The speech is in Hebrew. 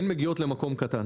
הן מגיעות למקום קטן